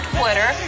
Twitter